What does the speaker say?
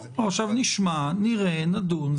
עכשיו נשמע, נראה, נדון.